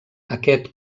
aquest